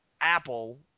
Apple